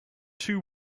two